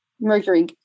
Mercury